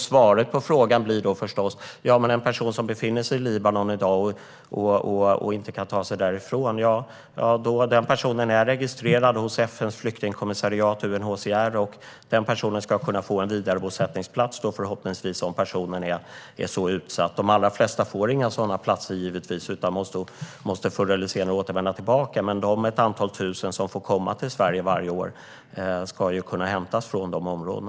Svaret på frågan blir förstås att en person som befinner sig i Libanon i dag och inte kan ta sig därifrån och som är registrerad hos FN:s flyktingkommissariat UNHCR förhoppningsvis ska kunna få en vidarebosättningsplats, om personen är så utsatt. De allra flesta får givetvis inga sådana platser utan måste förr eller senare vända tillbaka, men de - ett antal tusen - som får komma till Sverige varje år ska kunna hämtas från dessa områden.